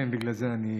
כן, בגלל זה נחרדתי.